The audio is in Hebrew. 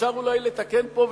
אפשר אולי לתקן פה,